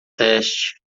teste